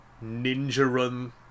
ninja-run